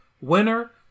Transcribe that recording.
winner